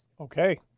Okay